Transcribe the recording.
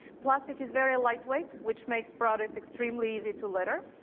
plastic is very light weight, which makes products extremely easy to litter.